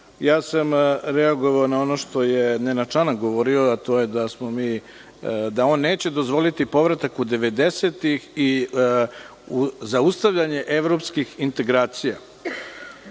ja sam reagovao na ono što je Nenad Čanak govorio, a to je da smo da on neće dozvoliti povratak u devedesete i u zaustavljanje evropskih integracija.